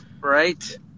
Right